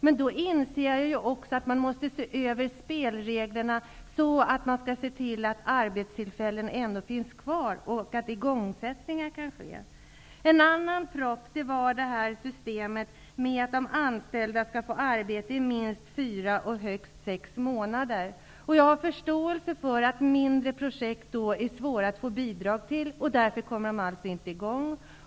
Men då inser jag också att man måste se över spelreglerna, så att man kan se till att arbetstillfällen finns kvar och att igångsättningar kan ske. En annan propp var systemet med att de anställda skall få arbete i minst fyra och högst sex månader. Jag har förståelse för att mindre projekt är svåra att få bidrag till, och att de därför inte kommer i gång.